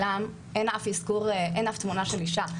אין אף תמונה של אישה.